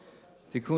(תיקון,